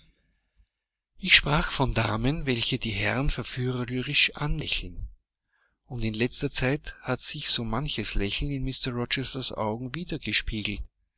ich sprach von damen welche die herren verführerisch anlächeln und in letzter zeit hat sich so manches lächeln in mr rochesters augen wiedergespiegelt